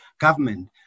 government